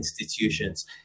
institutions